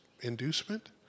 inducement